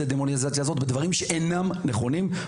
הדמוניזציה הזאת בדברים שפשוט אינם נכונים.